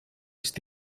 ist